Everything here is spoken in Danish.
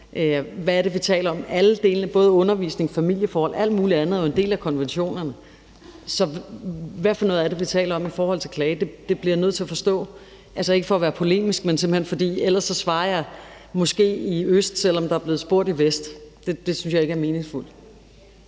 hvad er det, vi taler om? Alle delene, både undervisning, familieforhold og alt muligt andet er en del af konventionerne. Så hvad det er, vi taler om i forbindelse med klage, bliver jeg nødt til at forstå. Det er ikke for at være polemisk, men simpelt hen fordi jeg ellers svarer i øst, selv om der er blevet spurgt i vest, og det synes jeg ikke er meningsfuldt.